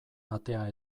atea